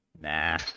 Nah